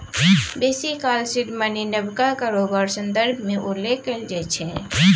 बेसी काल seed money नबका कारोबार संदर्भ मे उल्लेख कएल जाइ छै